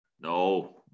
No